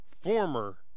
former